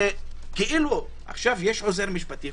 יש עוזר משפטי.